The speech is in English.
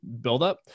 buildup